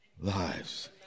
lives